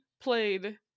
played